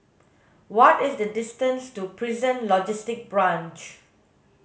what is the distance to Prison Logistic Branch